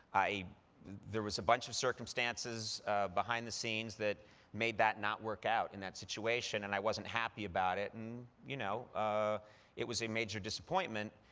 there was a bunch of circumstances behind the scenes that made that not work out in that situation, and i wasn't happy about it, and you know ah it was a major disappointment.